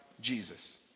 Jesus